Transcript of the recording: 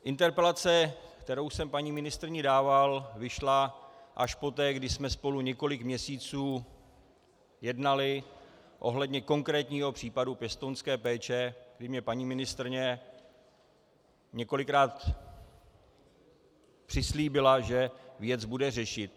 Interpelace, kterou jsem paní ministryni dával, vyšla až poté, kdy jsme spolu několik měsíců jednali ohledně konkrétního případu pěstounské péče, kdy mně paní ministryně několikrát přislíbila, že věc bude řešit.